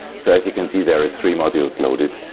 so as you can see there are three modules loaded.